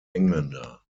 engländer